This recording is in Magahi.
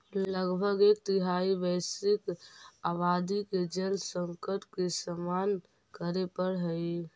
लगभग एक तिहाई वैश्विक आबादी के जल संकट के सामना करे पड़ऽ हई